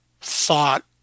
thought